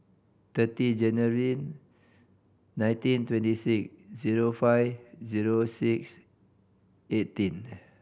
thirty January nineteen twenty six zero five zero six eighteen